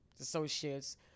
associates